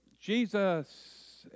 Jesus